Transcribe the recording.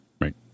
Right